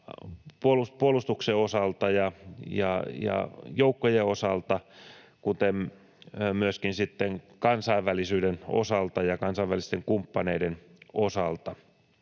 puolustuksen osalta ja joukkojen osalta kuten myöskin sitten kansainvälisyyden osalta ja kansainvälisten kumppaneiden osalta.